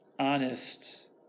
Honest